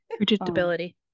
Predictability